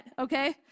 okay